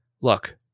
Look